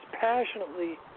passionately